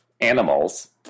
animals